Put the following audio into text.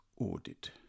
audit